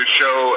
show